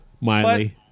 Miley